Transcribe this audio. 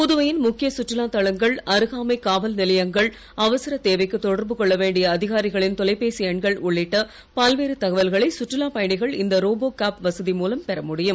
புதுவையின் முக்கிய கற்றுலா தலங்கள் அருகாமை காவல்நிலையங்கள் அவசர தேவைக்கு தொடர்பு கொள்ளவண்டிய அதிகாரிகளின் தொலைபேசி எண்கள் உள்ளிட்ட பல்வேறு தகவல்களை சுற்றுலா பயணிகள் இந்த ரோபோ காப் வசதி மூலம் பெறமுடியும்